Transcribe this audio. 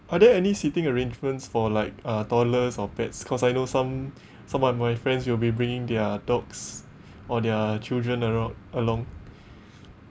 are there any seating arrangements for like uh toddlers or pets because I know some some of my friends you will be bringing their dogs or their children around along